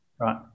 Right